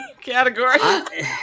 category